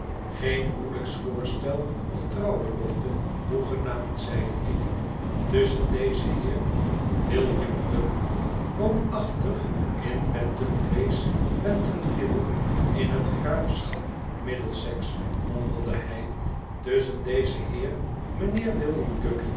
geen huwelijksvoorstel of trouwbelofte hoegenaamd zeide ik tusschen dezen heer william guppy woonachtig in penton place pentonville in het graafschap middlesex mompelde hij tusschen dezen heer mijnheer